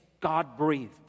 God-breathed